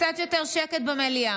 קצת יותר שקט במליאה.